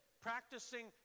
practicing